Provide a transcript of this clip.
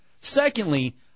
Secondly